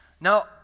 Now